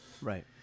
Right